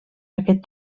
aquest